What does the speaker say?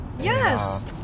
Yes